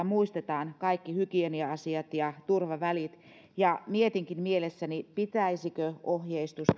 muistetaan kaikki hygienia asiat ja turvavälit mietinkin mielessäni pitäisikö ohjeistusta